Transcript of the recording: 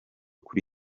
kuri